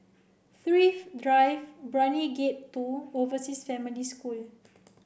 Thrift Drive Brani Gate two Overseas Family School